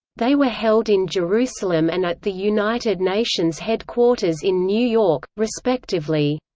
they were held in jerusalem and at the united nations headquarters in new york, respectively.